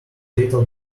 little